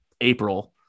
April